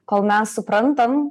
kol mes suprantam